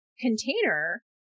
container